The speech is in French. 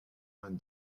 vingt